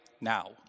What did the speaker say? now